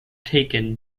taken